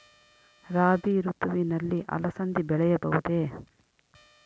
ರಾಭಿ ಋತುವಿನಲ್ಲಿ ಅಲಸಂದಿ ಬೆಳೆಯಬಹುದೆ?